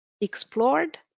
explored